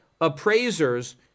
appraisers